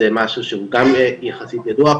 זה משהו שהוא גם יחסית ידוע,